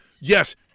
yes